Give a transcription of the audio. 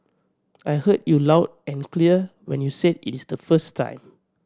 I heard you loud and clear when you said it is the first time